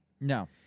No